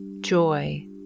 joy